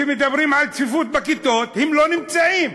כשמדברים על צפיפות בכיתות, הם לא נמצאים,